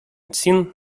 цін